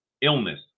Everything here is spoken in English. Illness